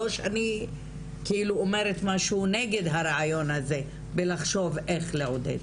לא שאני אומרת משהו נגד הרעיון הזה לחשוב איך לעודד,